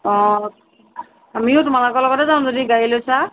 অ আমিও তোমালোকৰ লগতে যাম যদি গাড়ী লৈছা